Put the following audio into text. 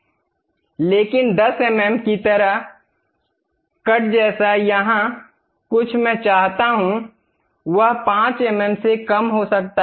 लेकिन 10 एमएम की तरह कट जैसा यहां कुछ मैं चाहता हूं वह 5 एमएम से कम हो सकता है